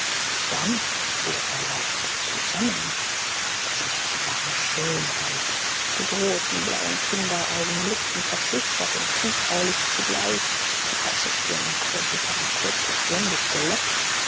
dann fuhr er leicht zusammen das mädchen war eine schönheit die großen blauen kinderaugen blickten verschüchtert und zutraulich zugleich die weiße stirn umkräuselte ein kurzes blondes gelock